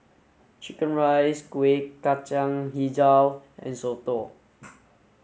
chicken rice Kueh Kacang Hijau and Soto